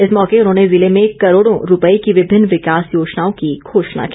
इस मौके उन्होंने जिले में करोड़ों रूपए की विभिन्न विकास योजनाओं की घोषणा की